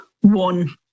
one